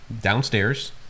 Downstairs